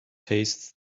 tastes